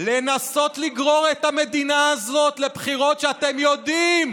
לנסות לגרור את המדינה הזאת לבחירות כשאתם יודעים,